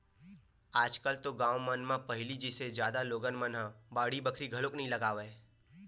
आज कल तो गाँव मन म पहिली जइसे जादा लोगन मन ह बाड़ी बखरी घलोक नइ लगावय